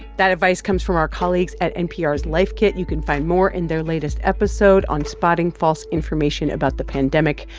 that advice comes from our colleagues at npr's life kit. you can find more in their latest episode on spotting false information about the pandemic.